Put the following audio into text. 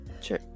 sure